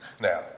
Now